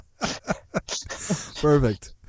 Perfect